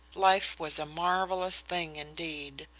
life was a marvellous thing, indeed.